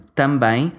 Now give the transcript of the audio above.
também